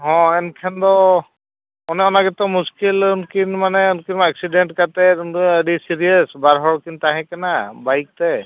ᱦᱮᱸ ᱮᱱᱠᱷᱟᱱ ᱫᱚ ᱚᱱᱮ ᱚᱱᱟ ᱜᱮᱛᱚ ᱢᱩᱥᱠᱤᱞ ᱩᱱᱠᱤᱱ ᱢᱟᱱᱮ ᱩᱱᱠᱤᱱ ᱮᱠᱥᱤᱰᱮᱱᱴ ᱠᱟᱛᱮᱫ ᱟᱹᱰᱤ ᱥᱤᱨᱤᱭᱟᱥ ᱵᱟᱨ ᱦᱚᱲ ᱠᱤᱱ ᱛᱟᱦᱮᱸ ᱠᱟᱱᱟ ᱵᱟᱭᱤᱠ ᱛᱮ